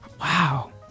wow